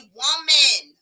woman